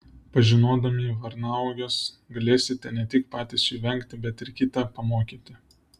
pažinodami varnauoges galėsite ne tik patys jų vengti bet ir kitą pamokyti